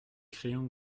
crayons